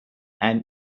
and